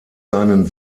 seinen